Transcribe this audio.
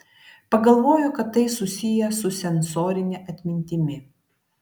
pagalvojo kad tai susiję su sensorine atmintimi